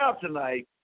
tonight